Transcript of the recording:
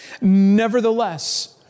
nevertheless